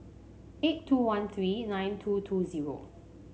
eight two one three nine two two zero